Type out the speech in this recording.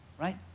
Right